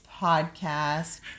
podcast